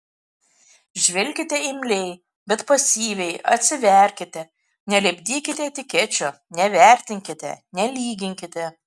žvelkite imliai bet pasyviai atsiverkite nelipdykite etikečių nevertinkite nelyginkite